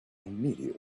immensely